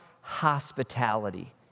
hospitality